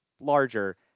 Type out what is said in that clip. larger